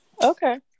Okay